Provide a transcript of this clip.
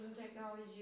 technology